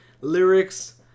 lyrics